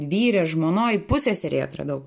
vyre žmonoj pusseserėj atradau